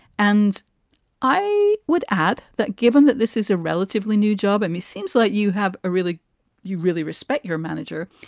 and i would add that given that this is a relatively new job at me, seems like you have a really you really respect your manager.